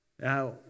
Now